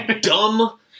dumb